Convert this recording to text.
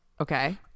Okay